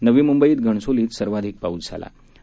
नवी मुंबईत घणसोलीत सर्वाधिक पाऊस झालात